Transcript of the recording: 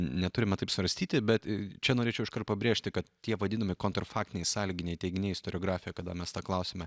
neturime taip svarstyti bet čia norėčiau iškart pabrėžti kad tie vadinami kontrfaktiniai sąlyginiai teiginiai istoriografijoj kada mes tą klausimą